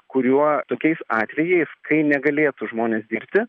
kuriuo tokiais atvejais kai negalėtų žmonės dirbti